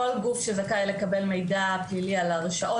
כל גוף שזכאי לקבל מידע פלילי על הרשעות,